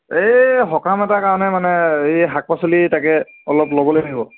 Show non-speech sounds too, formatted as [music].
এই সকাম এটাৰ কাৰণে মানে এই শাক পাচলি তাকে অলপ [unintelligible]